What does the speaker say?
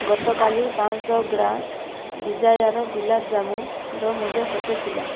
ଗତକାଲି ପାଞ୍ଚଶହ ଗ୍ରା ଡିଜାୟାର୍ ଗୁଲାବଜାମୁର ମୂଲ୍ୟ କେତେ ଥିଲା